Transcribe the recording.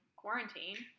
quarantine